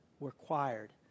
required